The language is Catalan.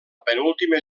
penúltima